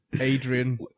Adrian